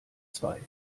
zwei